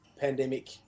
pandemic